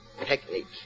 Technique